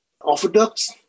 Orthodox